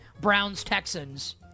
Browns-Texans